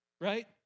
right